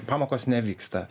pamokos nevyksta